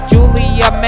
Julia